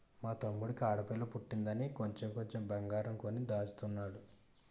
మా తమ్ముడికి ఆడపిల్ల పుట్టిందని కొంచెం కొంచెం బంగారం కొని దాచుతున్నాడు